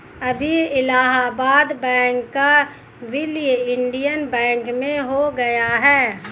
अभी इलाहाबाद बैंक का विलय इंडियन बैंक में हो गया है